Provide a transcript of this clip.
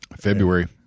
February